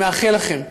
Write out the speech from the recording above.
אני מאחל לכם,